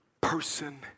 person